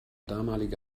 damalige